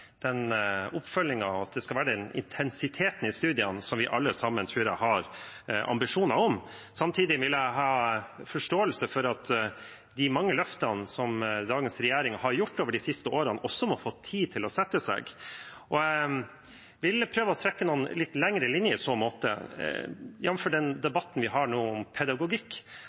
den oppfølgingen, og at det skal være den intensiteten i studiene som jeg tror vi alle sammen har ambisjoner om. Samtidig vil jeg ha forståelse for at de mange løftene som dagens regjering har gjort de siste årene, også må få tid til å sette seg. Jeg vil prøve å trekke noen litt lengre linjer i så måte, jamfør den debatten vi nå har om pedagogikk.